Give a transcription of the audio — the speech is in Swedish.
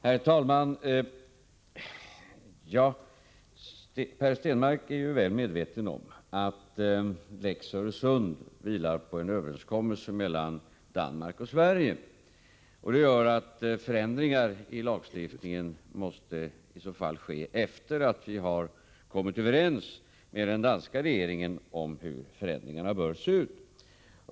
Herr talman! Per Stenmarck är väl medveten om att Lex Öresund vilar på en överenskommelse mellan Danmark och Sverige, och det gör att förändringar i lagstiftningen måste ske efter det att vi har kommit överens med den danska regeringen om hur förändringarna bör se ut.